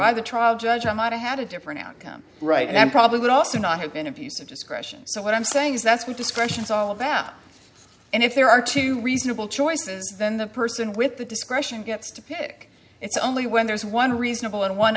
i the trial judge i might have had a different outcome right and probably would also not have been a piece of discretion so what i'm saying is that's what discretion is all about and if there are two reasonable choices then the person with the discretion gets to pick it's only when there is one reasonable and one